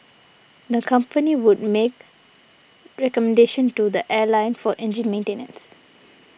the company would make recommendations to the airline for engine maintenance